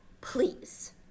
please